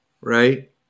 right